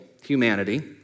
humanity